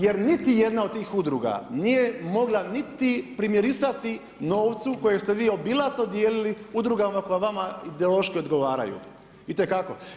Jer niti jedna od tih udruga nije mogla niti primirisati novcu kojeg ste vi obilato dijelili udrugama koje vama ideološki odgovaraju itekako.